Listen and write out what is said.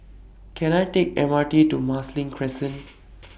Can I Take The M R T to Marsiling Crescent